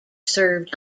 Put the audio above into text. served